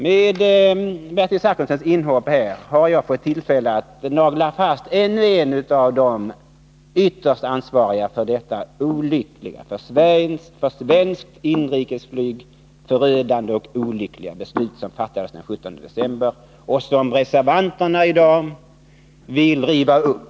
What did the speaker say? Med Bertil Zachrissons inhopp i debatten har jag fått tillfälle att nagla fast ännu en av de ytterst ansvariga för det för svenskt inrikesflyg olyckliga och förödande beslut som fattades den 17 december och som reservanterna i dag vill riva upp.